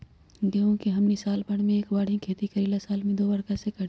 गेंहू के हमनी साल भर मे एक बार ही खेती करीला साल में दो बार कैसे करी?